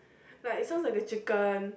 like sounds like a chicken